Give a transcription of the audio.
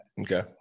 Okay